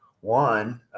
one